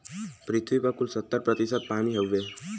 पृथ्वी पर कुल सत्तर प्रतिशत पानी हउवे